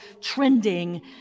trending